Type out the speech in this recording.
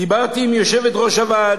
דיברתי עם יושבת-ראש הוועד,